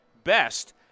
best